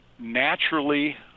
Naturally